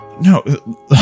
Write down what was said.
No